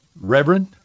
Reverend